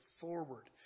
forward